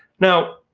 now